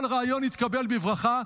כל רעיון יתקבל בברכה.